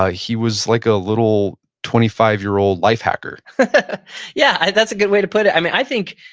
ah he was like a little twenty five year old life hacker yeah, that's a good way to put it. i think,